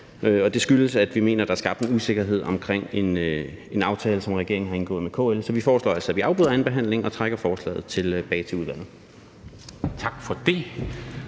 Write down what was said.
og det skyldes, at vi mener, at der er skabt en usikkerhed omkring en aftale, som regeringen har indgået med KL. Så vi foreslår altså, at vi afbryder andenbehandlingen og tager forslaget tilbage til udvalget. Kl.